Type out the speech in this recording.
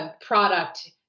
product